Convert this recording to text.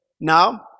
now